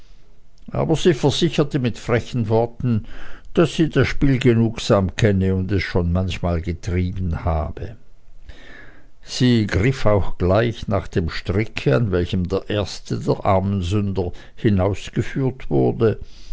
aber sie versicherte mit frechen worten daß sie das spiel genugsam kenne und es schon manchmal getrieben habe sie griff auch gleich nach dem stricke an welchem der erste der armen sünder hinausgeführt wurde